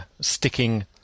sticking